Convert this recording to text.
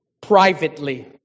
privately